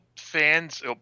fans